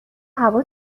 هوا